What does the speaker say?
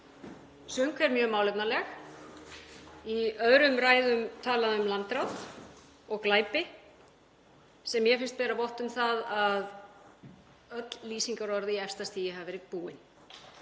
hver eru mjög málefnaleg, í öðrum ræðum er talað um landráð og glæpi, sem mér finnst bera vott um að öll lýsingarorð í efsta stigi hafi verið búin.